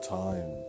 time